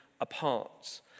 apart